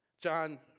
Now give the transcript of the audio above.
John